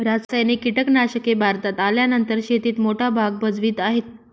रासायनिक कीटनाशके भारतात आल्यानंतर शेतीत मोठा भाग भजवीत आहे